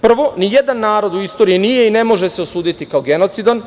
Prvo, nijedan narod u istoriji nije i ne može se osuditi kao genocidan.